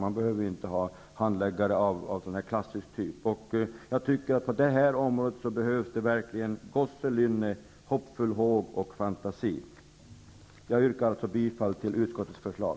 Man behöver inte ha handläggare av klassisk typ. Jag tycker att det på detta område verkligen behövs gosselynne, hoppfull håg och fantasi. Jag yrkar alltså bifall till utskottets förslag.